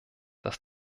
dass